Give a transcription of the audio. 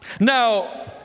Now